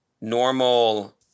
normal